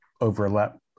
overlap